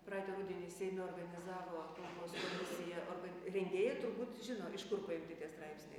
praeitą rudenį seime organizavo kalbos komisija orga rengėjai turbūt žino iš kur paimti tie straipsniai